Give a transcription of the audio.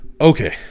Okay